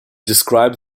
describe